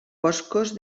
boscos